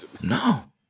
No